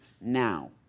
now